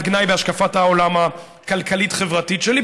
גנאי בהשקפת העולם הכלכלית-חברתית שלי,